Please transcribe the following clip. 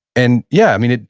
and yeah, i mean,